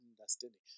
understanding